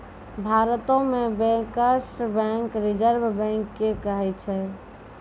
भारतो मे bankers bank reserve bank के कहै छै